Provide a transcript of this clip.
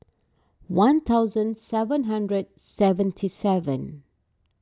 one thousand seven hundred seventy seven